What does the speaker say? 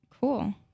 Cool